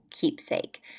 keepsake